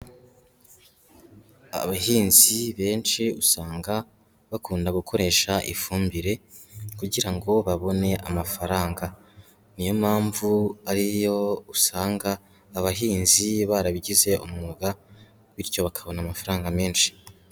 Abahinzi benshi, usanga bakunda gukoresha ifumbire, kugira ngo babone amafaranga. Ni yo mpamvu, ariyo usanga abahinzi barabigize umwuga, bityo bakabona amafaranga menshi.